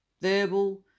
verbal